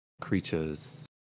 creatures